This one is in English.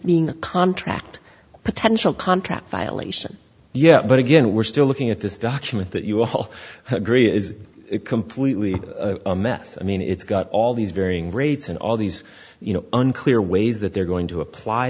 being a contract potential contract violation yeah but again we're still looking at this document that you whole hadria is completely a mess i mean it's got all these varying rates and all these you know unclear ways that they're going to apply